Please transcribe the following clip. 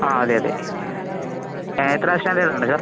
ആ അതേ അതേ എത്രാം സ്റ്റാൻഡേർഡ് ആണ് സാർ